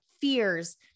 fears